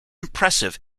impressive